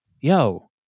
Yo